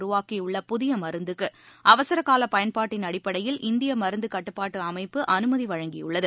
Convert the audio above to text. உருவாக்கியுள்ள புதிய மருந்துக்கு அவசர கால பயன்பாட்டின் அடிப்படையில் இந்திய மருந்து கட்டுப்பாட்டு அமைப்பு அனுமதி வழங்கியுள்ளது